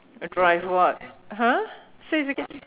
I drive what !huh! say again